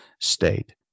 state